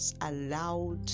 allowed